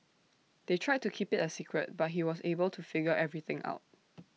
they tried to keep IT A secret but he was able to figure everything out